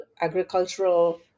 agricultural